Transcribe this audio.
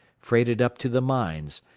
freighted up to the mines,